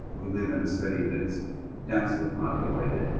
we live in a city that's dense ly populated,